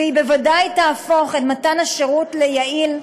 והיא בוודאי תהפוך את מתן השירות ליעיל,